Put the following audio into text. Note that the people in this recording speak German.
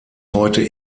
heute